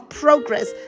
progress